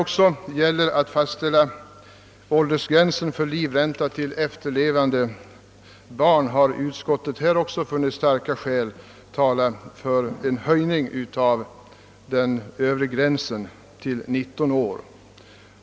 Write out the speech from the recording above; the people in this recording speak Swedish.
Vad beträffar fastställandet av åldersgränsen för livränta till efterlevande barn har utskottet även funnit starka skäl tala för en höjning av den övre gränsen till 19 år.